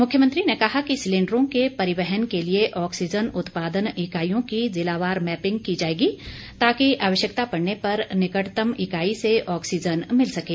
मुख्यमंत्री ने कहा कि सिलेंडरों के परिवहन के लिए ऑक्सीजन उत्पादन इकाईयों की ज़िलावार मैपिंग की जाएगी ताकि आवश्यकता पड़ने पर निकटतम इकाई से ऑक्सीजन मिल सकें